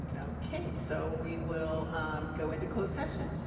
okay. so we will go into closed session.